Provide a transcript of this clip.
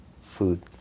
food